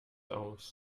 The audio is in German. aus